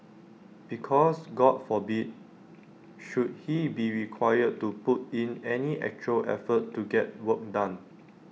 because God forbid should he be required to put in any actual effort to get work done